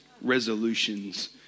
resolutions